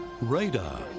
Radar